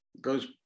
goes